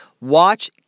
watch